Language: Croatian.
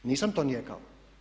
Nisam to nijekao.